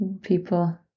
people